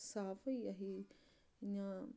साफ होई गेआ ही इ'यां